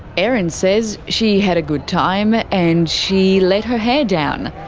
erin says she had a good time, and she let her hair down.